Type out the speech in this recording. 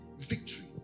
victory